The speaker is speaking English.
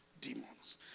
demons